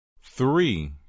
three